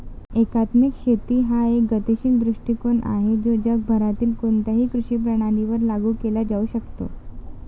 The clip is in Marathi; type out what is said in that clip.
एकात्मिक शेती हा एक गतिशील दृष्टीकोन आहे जो जगभरातील कोणत्याही कृषी प्रणालीवर लागू केला जाऊ शकतो